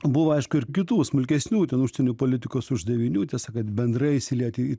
buvo aišku ir kitų smulkesnių užsienio politikos uždavinių tiesa kad bendrai įsilieti į